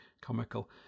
comical